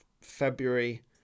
February